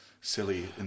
silly